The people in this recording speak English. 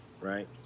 right